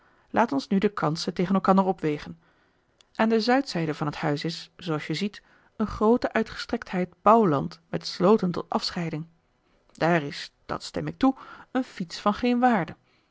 laat ons nu de kansen tegen elkander opwegen aan de zuidzijde van het huis is zooals je ziet een groote uitgestrektheid bouwland met slooten tot afscheiding daar is dat stem ik toe een fiets van geen waarde